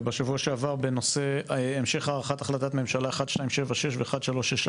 ובשבוע שעבר בנושא המשך הארכת החלטת ממשלה 1276 ו-1364,